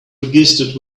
registered